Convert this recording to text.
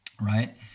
right